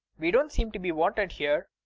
we don't seem to be wanted here.